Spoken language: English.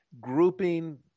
grouping